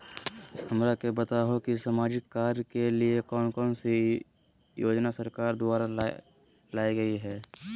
हमरा के बताओ कि सामाजिक कार्य के लिए कौन कौन सी योजना सरकार द्वारा लाई गई है?